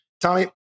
Tommy